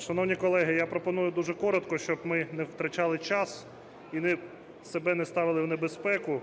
Шановні колеги, я пропоную дуже коротко, щоб ми не втрачали час і себе не ставили в небезпеку,